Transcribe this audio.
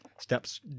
steps